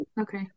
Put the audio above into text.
Okay